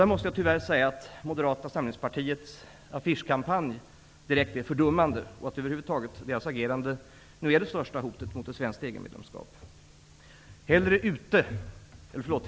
Där måste jag tyvärr säga att Moderata samlingspartiets affischkampanj är direkt fördummande. Över huvud taget är Moderaternas agerande nu det största hotet mot ett svenskt EG medlemskap.